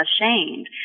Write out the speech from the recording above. ashamed